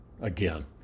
again